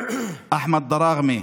אחמד דראגמה,